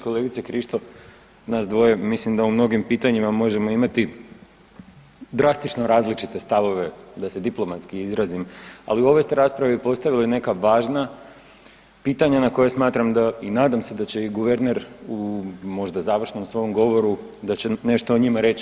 Kolegice Krišto nas dvoje mislim da u mnogim pitanjima možemo imati drastično različite stavove, da se diplomatski izrazim, ali u ovoj ste raspravi postavili neka važna pitanja na koja smatram i nadam se da će i guverner u možda završnom svom govoru da će nešto o njima reći.